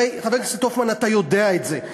הרי, חבר הכנסת הופמן, אתה יודע את זה.